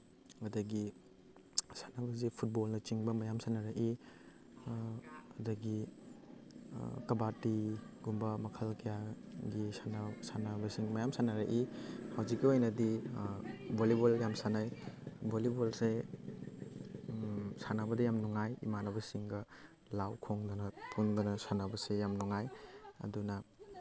ꯑꯗꯒꯤ ꯁꯥꯟꯅꯕꯁꯤ ꯐꯨꯠꯕꯣꯜꯅꯆꯤꯡꯕ ꯃꯌꯥꯝ ꯁꯥꯟꯅꯔꯛꯏ ꯑꯗꯒꯤ ꯀꯕꯥꯇꯤꯒꯨꯝꯕ ꯃꯈꯜ ꯀꯌꯥꯒꯤ ꯁꯥꯟꯅꯕꯁꯤꯡ ꯃꯌꯥꯝ ꯁꯥꯟꯅꯔꯛꯏ ꯍꯧꯖꯤꯛꯀꯤ ꯑꯣꯏꯅꯗꯤ ꯚꯣꯂꯤꯕꯣꯜ ꯌꯥꯝ ꯁꯥꯟꯅꯩ ꯚꯣꯂꯤꯕꯣꯜꯁꯦ ꯁꯥꯟꯅꯕꯗ ꯌꯥꯝ ꯅꯨꯡꯉꯥꯏ ꯏꯃꯥꯟꯅꯕꯁꯤꯡꯒ ꯂꯥꯎ ꯈꯣꯡꯗꯅ ꯄꯨꯟꯗꯅ ꯁꯥꯟꯅꯕꯁꯦ ꯌꯥꯝ ꯅꯨꯡꯉꯥꯏ ꯑꯗꯨꯅ